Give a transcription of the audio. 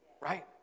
right